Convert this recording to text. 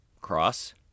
Cross